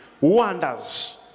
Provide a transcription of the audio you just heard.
wonders